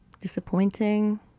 disappointing